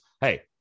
hey